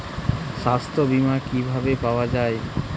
সাস্থ্য বিমা কি ভাবে পাওয়া যায়?